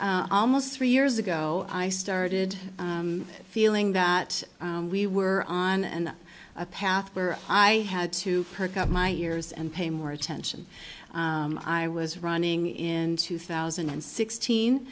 almost three years ago i started feeling that we were on an a path where i had to perk up my ears and pay more attention i was running in two thousand and sixteen